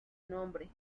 nombre